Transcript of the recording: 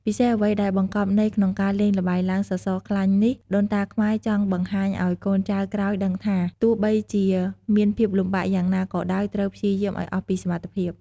ពិសេសអ្វីដែលបង្គប់ន័យក្នុងការលេងល្បែងឡើងសសរខ្លាញ់នេះ ដូនតាខ្មែរចង់បង្ហាញឲ្យកូនចៅក្រោយដឹងថា ទោះបីជាមានភាពលំបាកយ៉ាងណាក៏ដោយត្រូវព្យាយាមឲ្យអស់ពីសមត្ថភាព។